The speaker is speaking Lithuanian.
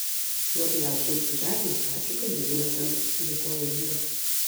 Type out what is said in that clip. labai ačiū jums už eglę ačiū kad džiuginate mus dėkojo vyras